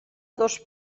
dos